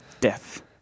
Death